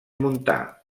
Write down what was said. montà